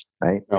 right